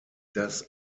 das